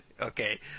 Okay